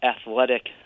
athletic